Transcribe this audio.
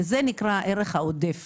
וזה נקרא הערך העודף